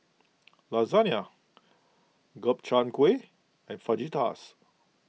Lasagna Gobchang Gui and Fajitas